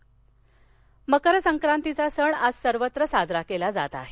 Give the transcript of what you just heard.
मकर संक्रांत मकर संक्रांतीचा सण आज सर्वत्र साजरा केला जात आहे